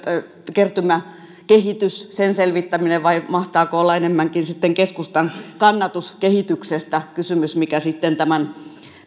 kertymän kehityksen selvittäminen vai mahtaako olla enemmänkin sitten keskustan kannatuskehityksestä kysymys mikä sitten muutti tämän